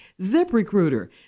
ZipRecruiter